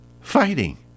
Fighting